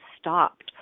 stopped